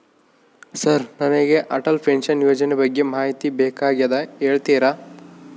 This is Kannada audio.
ಸರ್ ನನಗೆ ಅಟಲ್ ಪೆನ್ಶನ್ ಯೋಜನೆ ಬಗ್ಗೆ ಮಾಹಿತಿ ಬೇಕಾಗ್ಯದ ಹೇಳ್ತೇರಾ?